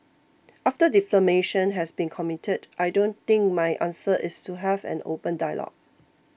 after defamation has been committed I don't think my answer is to have an open dialogue